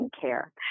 care